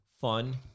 Fun